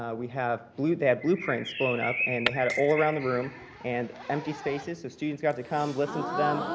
we have blue they had blueprints blown up and they had it all around the room and empty spaces. so students got to come, listen to them,